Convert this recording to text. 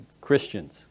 Christians